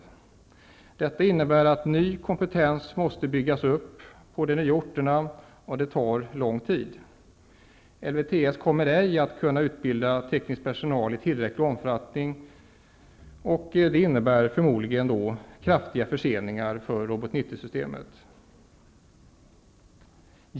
Detta innebär att ny kompetens måste byggas upp på de nya orterna, och det tar lång tid. LvTS kommer ej att kunna utbilda teknisk personal i tillräcklig omfattning. Det innebär förmodligen kraftiga förseningar för Robot 90-systemet.